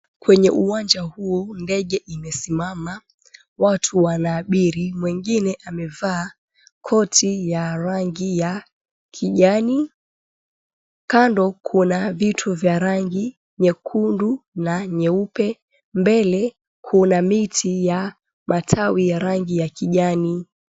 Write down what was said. Kwenye uwanja huo ndege imesimama watu wanaabiri, mwingine amevaa koti ya rangi ya kijani. Kando kuna vitu vya rangi nyekundu na nyeupe, mbele kuna miti ya matawi ya rangi ya kijani.